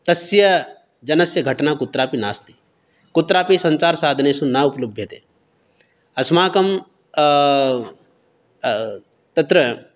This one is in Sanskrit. तस्य जनस्य घटना कुत्रापि नास्ति कुत्रापि सञ्चारसाधनेषु न उपलभ्यते अस्माकं तत्र